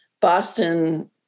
Boston